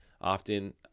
often